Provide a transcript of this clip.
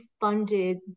funded